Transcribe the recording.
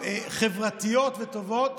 חברתיות וטובות.